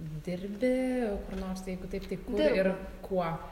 dirbi kur nors jeigu taip tai kur ir kuo